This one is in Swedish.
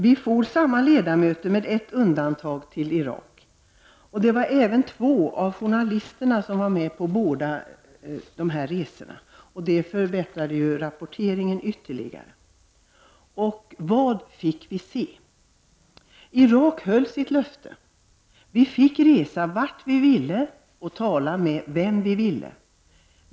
Vi var med ett undantag samma ledamöter som for till Irak, och även två av journalisterna deltog i bägge resorna, vilket bidrog till att förbättra rapporteringen. Vad fick vi se? Irak höll sitt löfte, och vi fick resa vart vi ville och tala med vem vi ville.